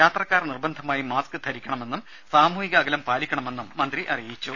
യാത്രക്കാർ നിർബന്ധമായും മാസ്ക് ധരിക്കണമെന്നും സാമൂഹിക അകലം പാലിക്കണമെന്നും മന്ത്രി അറിയിച്ചു